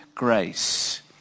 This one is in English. Grace